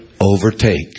overtakes